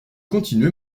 continuai